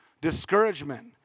discouragement